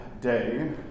day